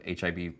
HIV